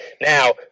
now